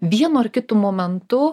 vienu ar kitu momentu